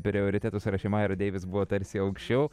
prioritetų sąraše maira deivis buvo tarsi aukščiau